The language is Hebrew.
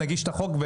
נגיש את החוק.